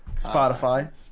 Spotify